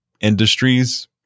industries